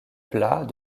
plat